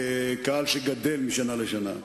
קהל שגדל משנה לשנה.